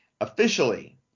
officially